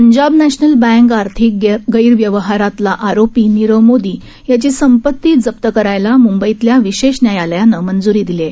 Punjab national bank आर्थिक गैरव्यवहारातला आरोपी नीरव मोदी याची संपत्ती जप्त करायला मुंबईतल्या विशेष न्यायालयानं मंजूरी दिली आहे